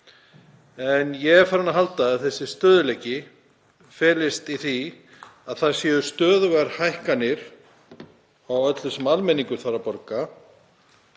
en ég er farinn að halda að þessi stöðugleiki felist í því að það séu stöðugar hækkanir á öllu sem almenningur þarf að borga